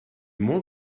more